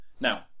Now